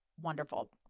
wonderful